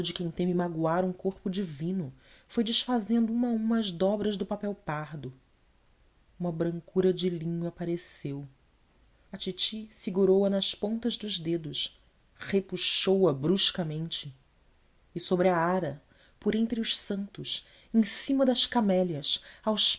quem teme magoar um corpo divino foi desfazendo uma a uma as dobras do papel pardo uma brancura de linho apareceu a titi segurou a nas pontas dos dedos repuxou a bruscamente e sobre a ara por entre os santos em cima das camélias aos